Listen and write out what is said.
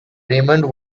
raymond